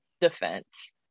defense